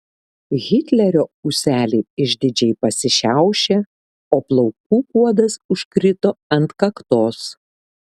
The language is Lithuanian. hitlerio ūseliai išdidžiai pasišiaušė o plaukų kuodas užkrito ant kaktos